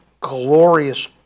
glorious